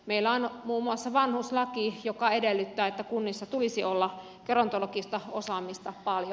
meillä on muun muassa vanhuslaki joka edellyttää että kunnissa tulisi olla gerontologista osaamista paljon